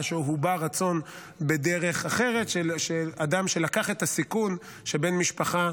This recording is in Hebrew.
או הובע רצון בדרך אחרת של האדם שלקח את הסיכון שבן משפחה